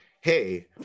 hey